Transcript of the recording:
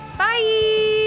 Bye